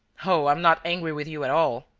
oh, i'm not angry with you at all.